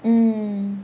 mm